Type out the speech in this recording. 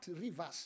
rivers